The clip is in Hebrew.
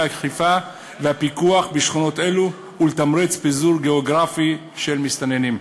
האכיפה והפיקוח בשכונות אלה ולתמרץ פיזור גיאוגרפי של מסתננים.